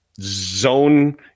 zone